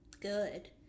good